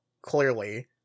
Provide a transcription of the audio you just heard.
clearly